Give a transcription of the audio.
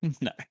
No